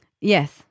yes